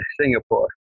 Singapore